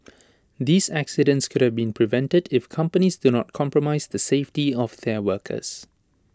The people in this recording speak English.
these accidents could have been prevented if companies do not compromise the safety of their workers